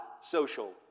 social